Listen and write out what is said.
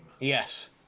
Yes